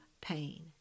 pain